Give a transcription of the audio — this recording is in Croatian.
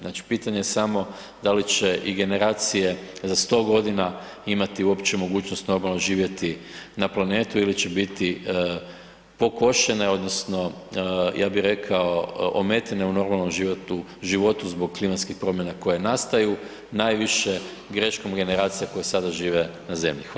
Znači, pitanje je samo da li će i generacije za 100.g. imati uopće mogućnost normalno živjeti na planetu ili će biti pokošene odnosno, ja bi rekao, ometene u normalnom životu zbog klimatskih promjena koje nastaju, najviše greškom generacija koje sada žive na zemlji.